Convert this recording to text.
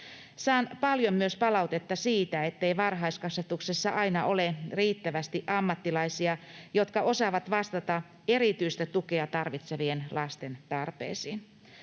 Saan paljon palautetta myös siitä, ettei varhaiskasvatuksessa aina ole riittävästi ammattilaisia, jotka osaavat vastata erityistä tukea tarvitsevien lasten tarpeisiin.